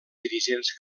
dirigents